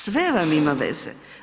Sve vam ima veze.